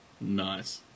nice